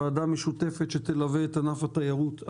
ועדה משותפת שתלווה את ענף התיירות.